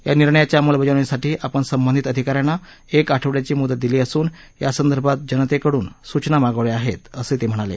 या निर्णयाच्या अंमलबजावणीसाठी आपण संबंधित अधिका यांना एक आठवड्याची मुदत दिली असून या संदर्भात जनतेकडूनही सूचना मागवल्या आहेत असं ते म्हणाले